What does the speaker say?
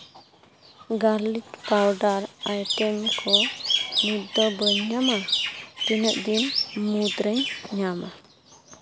garlic powder item ᱠᱚ ᱱᱤᱛ ᱫᱚ ᱵᱟᱹᱧ ᱧᱟᱢᱟ ᱛᱤᱱᱟᱹᱜ ᱫᱤᱱ ᱢᱩᱫᱽᱨᱮᱧ ᱧᱟᱢᱟ